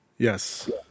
Yes